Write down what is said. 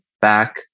back